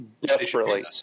desperately